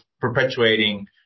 perpetuating